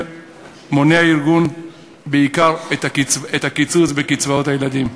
מונה הארגון בעיקר את הקיצוץ בקצבאות הילדים.